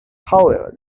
however